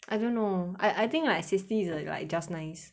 I don't know I I think like sixty is like just nice